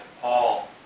Paul